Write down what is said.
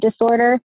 disorder